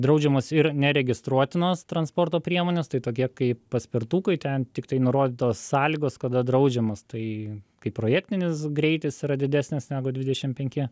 draudžiamos ir neregistruotinos transporto priemonės tai tokie kaip paspirtukai ten tiktai nurodytos sąlygos kada draudžiamas tai kaip projektinis greitis yra didesnis negu dvidešim penki